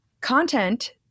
Content